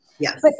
Yes